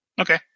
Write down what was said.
Okay